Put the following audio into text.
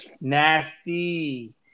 Nasty